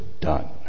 done